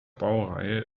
baureihe